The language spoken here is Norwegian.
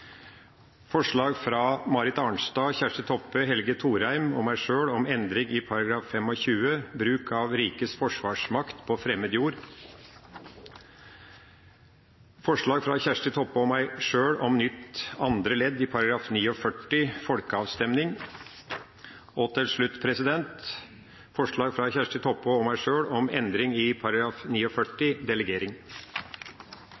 fra representantene Marit Arnstad, Kjersti Toppe, Helge Thorheim og meg sjøl om endring i § 25, bruk av rikets forsvarsmakt på fremmed jord. Det gjelder grunnlovsforslag fra representanten Kjersti Toppe og meg sjøl om nytt andre ledd i § 49, folkeavstemning. Til slutt gjelder det grunnlovsforslag fra representanten Kjersti Toppe og meg sjøl om endring i